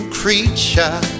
creature